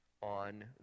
on